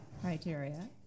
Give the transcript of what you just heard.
criteria